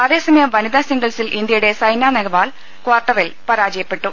അതേസമയം വനിതാ സിംഗിൾസിൽ ഇന്തൃയുടെ സൈന നേവാൾ കാർട്ട റിൽ പരാജയപ്പെട്ടു